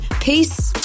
Peace